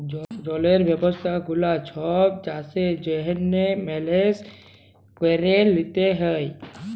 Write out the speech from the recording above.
জলের ব্যবস্থা গুলা ছব চাষের জ্যনহে মেলেজ ক্যরে লিতে হ্যয়